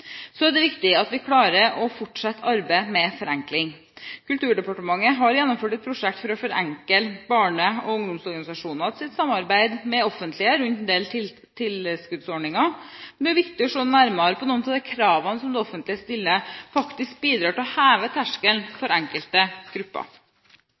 Så er det viktig at vi klarer å fortsette arbeidet med forenkling. Kulturdepartementet har gjennomført et prosjekt for å forenkle barne- og ungdomsorganisasjonenes samarbeid med det offentlige rundt en del tilskuddsordninger. Det er viktig å se nærmere på om noen av de kravene som det offentlige stiller, faktisk bidrar til å heve terskelen